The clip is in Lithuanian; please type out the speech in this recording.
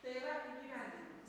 tai yra įgyvendinimas